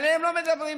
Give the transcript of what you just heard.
עליהם לא מדברים,